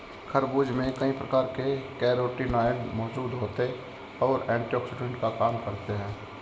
खरबूज में कई प्रकार के कैरोटीनॉयड मौजूद होते और एंटीऑक्सिडेंट का काम करते हैं